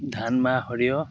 ধান মাহ সৰিয়হ